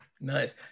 Nice